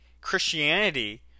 Christianity